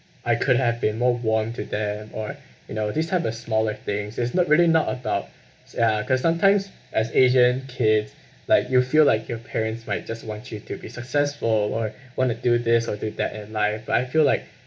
I could have been more warm to them or you know this type of smaller things it's not really not about is ya cause sometimes as asian kids like you feel like your parents might just want you to be successful or want to do this or do that in life I feel like